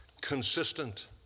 consistent